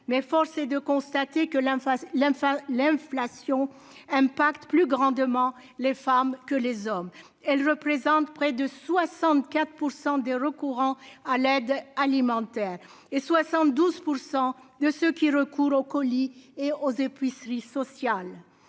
mais force est de constater que l'emphase la enfin l'inflation impact plus grandement les femmes que les hommes, elles représentent près de 64 % des recourant à l'aide alimentaire et 72 % de ceux qui recourent au colis et aux épiceries sociales